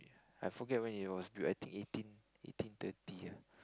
I forget when it was built I think eighteen eighteen thirty ah